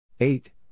Eight